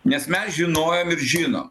nes mes žinojom ir žinom